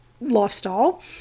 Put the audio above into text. lifestyle